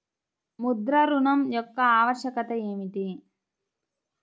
ముద్ర ఋణం యొక్క ఆవశ్యకత ఏమిటీ?